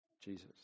Jesus